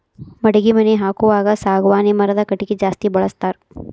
ಮಡಗಿ ಮನಿ ಹಾಕುವಾಗ ಸಾಗವಾನಿ ಮರದ ಕಟಗಿ ಜಾಸ್ತಿ ಬಳಸ್ತಾರ